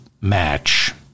match